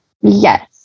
Yes